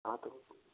हाँ तो